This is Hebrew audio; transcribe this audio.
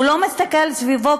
הוא לא מסתכל סביבו כנראה,